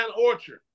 Orchard